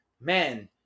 man